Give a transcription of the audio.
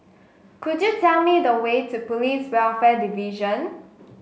could you tell me the way to Police Welfare Division